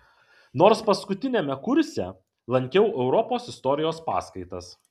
nors paskutiniame kurse lankiau europos istorijos paskaitas